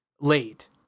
late